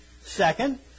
Second